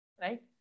right